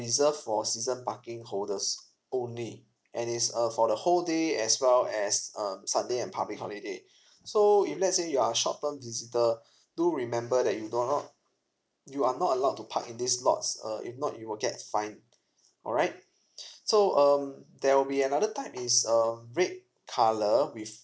reserved for season parking holders only and it's uh for the whole day as well as um sunday and public holiday so if let's say you are a short term visitor do remember that you do not you are not allowed to park in these lots uh if not you will get fined alright so um there will be another type is um red colour with